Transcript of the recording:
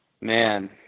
man